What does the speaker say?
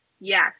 Yes